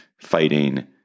fighting